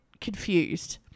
confused